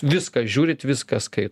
viską žiūrit viską skai